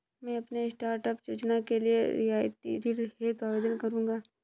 मैं अपने स्टार्टअप योजना के लिए रियायती ऋण हेतु आवेदन करूंगा